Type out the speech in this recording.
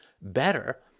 better